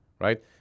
right